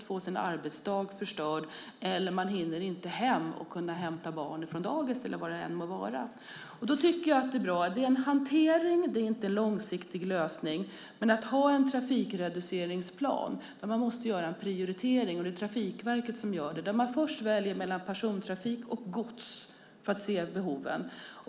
Man får sin arbetsdag förstörd. Man hinner inte hem för att hämta barn på dagis eller vad det nu må vara. Då tycker jag att det är bra - det är en hantering, inte en långsiktig lösning - att ha en trafikreduceringsplan där man måste göra en prioritering. Och det är Trafikverket som gör den. Först väljer man mellan persontrafik och godstrafik och ser behoven.